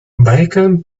bacon